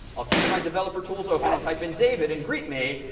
i'll keep my developer tools open, and type in david and greet me,